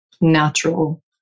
natural